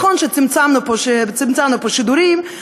נכוון שצמצמנו פה שידורים,